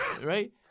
right